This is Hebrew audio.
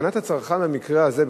הגנת הצרכן במקרה הזה,